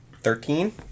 Thirteen